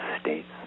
states